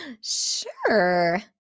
sure